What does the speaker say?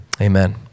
Amen